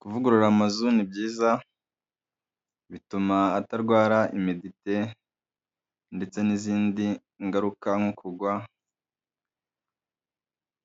Kuvugurura amazu ni byiza, bituma atarwara imedite, ndetse n'izindi ngaruka nko kugwa,